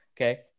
okay